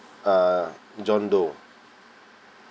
uh john doe